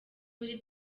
muri